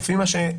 לפי מה שראיתי,